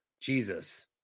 Jesus